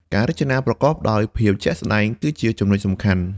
ការរចនាប្រកបដោយភាពជាក់ស្តែងគឺជាចំណុចសំខាន់។